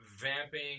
vamping